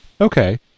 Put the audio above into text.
Okay